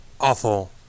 awful